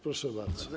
Proszę bardzo.